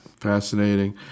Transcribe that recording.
Fascinating